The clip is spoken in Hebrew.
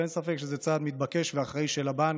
ואין ספק שזה צעד מתבקש ואחראי של הבנק,